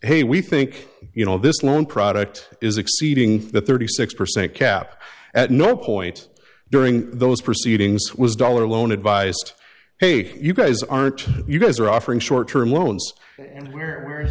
hey we think you know this loan product is exceeding the thirty six percent cap at no point during those proceedings was dollar loan advised hey you guys aren't you guys are offering short term loans and here were